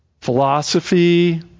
philosophy